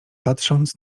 patrząc